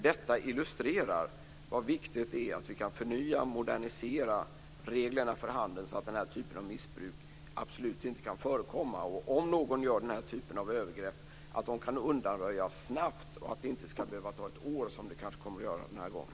Detta illustrerar hur viktigt det är att vi kan förnya och modernisera reglerna för handeln så att den här typen av missbruk absolut inte kan förekomma. Om någon gör den här typen av övergrepp ska de kunna undanröjas snabbt så att det inte ska behöva ta ett år, som det kanske kommer att göra den här gången.